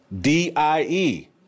D-I-E